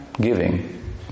giving